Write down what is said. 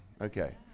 Okay